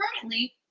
currently